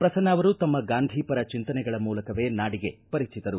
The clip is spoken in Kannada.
ಪ್ರಸನ್ನ ಅವರು ತಮ್ಮ ಗಾಂಧಿ ಪರ ಚಿಂತನೆಗಳ ಮೂಲಕವೇ ನಾಡಿಗೆ ಪರಿಚಿತರು